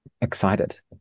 excited